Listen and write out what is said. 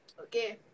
Okay